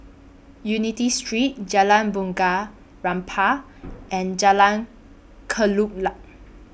Unity Street Jalan Bunga Rampai and Jalan Kelulut